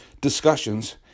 discussions